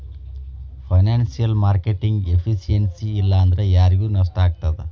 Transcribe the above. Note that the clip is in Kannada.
ಫೈನಾನ್ಸಿಯಲ್ ಮಾರ್ಕೆಟಿಂಗ್ ಎಫಿಸಿಯನ್ಸಿ ಇಲ್ಲಾಂದ್ರ ಯಾರಿಗ್ ನಷ್ಟಾಗ್ತದ?